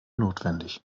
notwendig